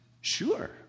Sure